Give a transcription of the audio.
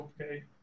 okay